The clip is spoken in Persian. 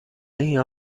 این